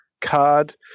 card